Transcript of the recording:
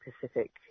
Pacific